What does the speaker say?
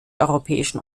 europäischen